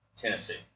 Tennessee